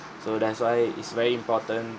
so that's why it's very important